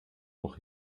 noch